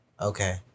okay